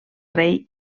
rei